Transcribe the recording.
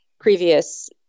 previous